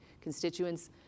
constituents